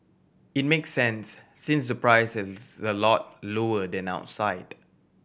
it make sense since the price is a lot lower than outside